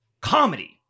Comedy